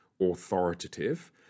authoritative